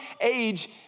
age